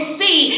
see